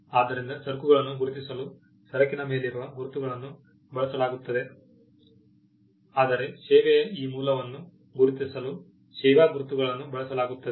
ಆದ್ದರಿಂದ ಸರಕುಗಳನ್ನು ಗುರುತಿಸಲು ಸರಕಿನ ಮೇಲಿರುವ ಗುರುತುಗಳನ್ನು ಬಳಸಲಾಗುತ್ತದೆ ಆದರೆ ಸೇವೆಯ ಈ ಮೂಲವನ್ನು ಗುರುತಿಸಲು ಸೇವಾ ಗುರುತುಗಳನ್ನು ಬಳಸಲಾಗುತ್ತದೆ